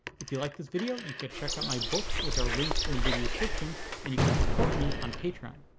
if you like this video you can check out my books which are linked in the video description and you can support me on patreon.